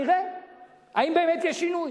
נראה אם באמת יש שינוי.